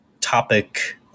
topic